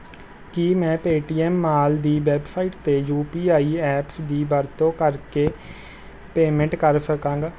ਕੀ ਮੈਂ Paytm mall ਦੀ website 'ਤੇ ਯੂ ਪੀ ਆਈ ਐਪਸ ਦੀ ਵਰਤੋਂ ਕਰਕੇ ਪੇਮੈਂਟ ਕਰ ਸਕਾਂਗਾ